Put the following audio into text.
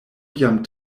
jam